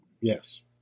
yes